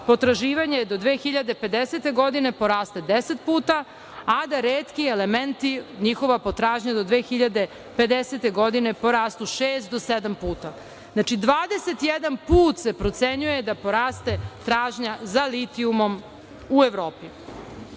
potraživanje do 2050. godine poraste 10 puta, a da retki elementi, njihova potražnja do 2050. godine porastu šest do sedam puta. Znači, 21 put se procenjuje da poraste tražnja za litijumom u Evropi.